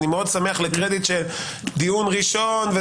אני מאוד שמח לקרדיט של דיון ראשון.